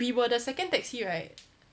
we were the second taxi right